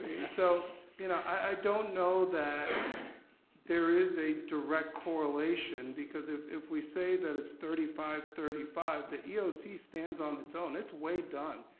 so you know i don't know that there is a direct correlation, because if if we say that it's thirty five, thirty five, the eoc stands on its own, it's way done.